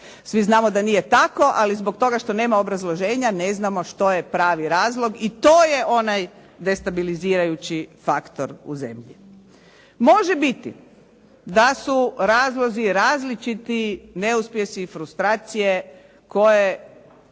Svi znamo da nije tako, ali zbog toga što nema obrazloženje, ne znamo što je pravi razlog i to je ona destabilizirajući faktor u zemlji. Može biti da su razlozi različiti neuspjesi, frustracije koje